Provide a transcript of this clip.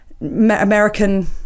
American